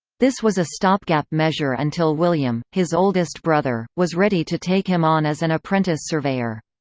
this was a stopgap measure until william, his oldest brother, was ready to take him on as an apprentice surveyor.